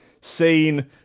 Seen